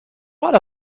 what